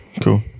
Cool